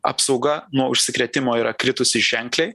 apsauga nuo užsikrėtimo yra kritusi ženkliai